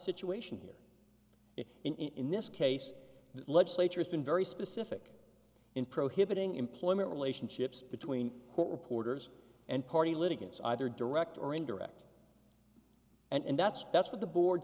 situation here in this case the legislature has been very specific in prohibiting employment relationships between court reporters and party litigants either direct or indirect and that's that's what the board